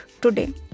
today